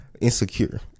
insecure